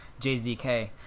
JZK